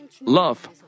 love